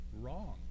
wrong